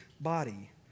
body